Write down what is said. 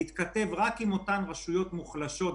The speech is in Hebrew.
להתכתב רק עם אותן רשויות מוחלשות,